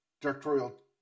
directorial